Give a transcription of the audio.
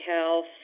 health